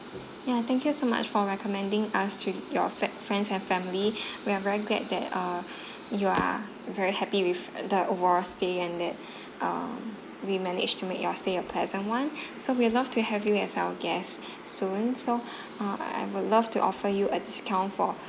ya thank you so much for recommending us to your fri~ friends and family we are very glad that uh you are very happy with uh the overall stay and that uh we managed to make your stay a pleasant one so we'd love to have you as our guest soon so uh I would love to offer you a discount for